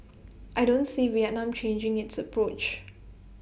I don't see Vietnam changing its approach